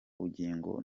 bugingo